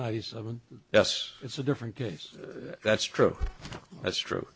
ninety seven yes it's a different case that's true that's true